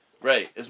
right